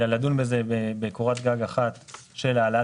אלא לדון בזה בקורת גג אחת של העלאת